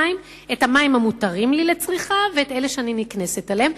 בחשבון המים את המים המותרים לי לצריכה ואת אלה שאני נקנסת עליהם,